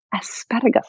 asparagus